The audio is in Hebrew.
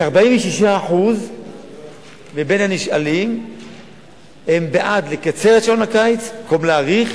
כ-46% מבין הנשאלים הם בעד לקצר את שעון הקיץ במקום להאריך,